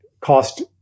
cost